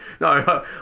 No